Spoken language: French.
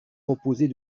proposer